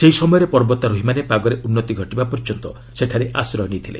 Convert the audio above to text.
ସେହି ସମୟରେ ପର୍ବତାରୋହୀମାନେ ପାଗରେ ଉନ୍ନତି ଘଟିବା ପର୍ଯ୍ୟନ୍ତ ସେଠାରେ ଆଶ୍ରୟ ନେଇଥିଲେ